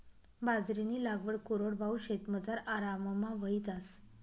बाजरीनी लागवड कोरडवाहू शेतमझार आराममा व्हयी जास